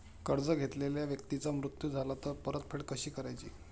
कर्ज घेतलेल्या व्यक्तीचा मृत्यू झाला तर परतफेड कशी करायची?